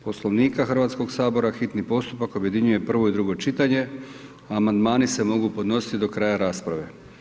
Poslovnika Hrvatskog sabora hitni postupak objedinjuje prvo i drugo čitanje, a amandmani se mogu podnositi do kraja rasprave.